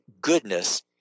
goodness